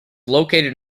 located